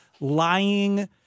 lying